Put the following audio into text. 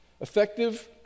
Effective